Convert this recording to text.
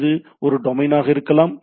இது ஒரு டொமைனாக இருக்கலாம்